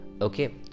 Okay